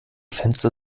fenster